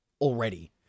already